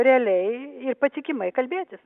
realiai ir patikimai kalbėtis